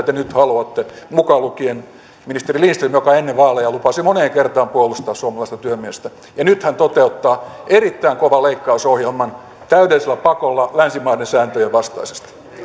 te nyt haluatte mukaan lukien ministeri lindström joka ennen vaaleja lupasi moneen kertaan puolustaa suomalaista työmiestä nyt hän toteuttaa erittäin kovan leikkausohjelman täydellisellä pakolla länsimaiden sääntöjen vastaisesti